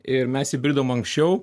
ir mes įbridom anksčiau